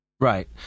Right